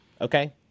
Okay